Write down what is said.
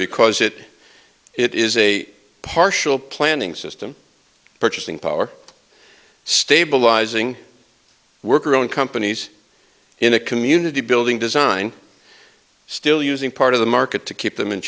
because it it is a partial planning system purchasing power stabilizing work or own companies in a community building design still using part of the market to keep them in